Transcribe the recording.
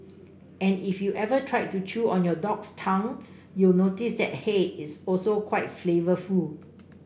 and if you ever tried to chew on your dog's tongue you'll notice that hey is also quite flavourful